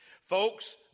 Folks